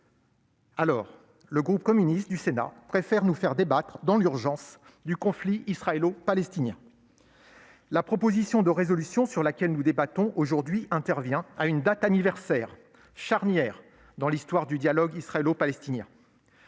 ouïghoure, le groupe communiste du Sénat préfère nous faire débattre dans l'urgence du conflit israélo-palestinien ! La proposition de résolution sur laquelle nous débattons aujourd'hui intervient à une date anniversaire charnière dans l'histoire du dialogue israélo-palestinien.